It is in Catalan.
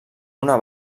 una